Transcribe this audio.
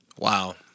Wow